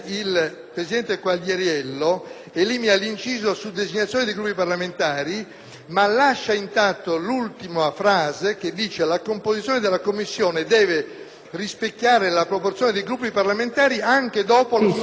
elimina l'inciso «su designazione dei gruppi parlamentari», ma lascia intatta l'ultima frase che recita: «la composizione della Commissione deve rispecchiare la proporzione dei gruppi parlamentari anche dopo la sua